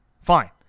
Fine